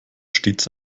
stets